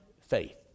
faith